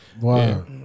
Wow